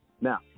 Now